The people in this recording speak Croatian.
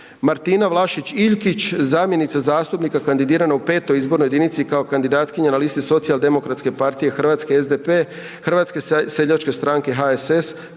Martina Vlašić Iljkić, zamjenica zastupnika kandidirana u V. izbornoj jedinici kao kandidatkinja na listi Socijaldemokratske partije Hrvatske, SDP, Hrvatske seljačke stranke, HSS,